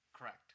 Correct